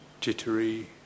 jittery